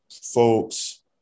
folks